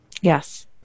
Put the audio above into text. Yes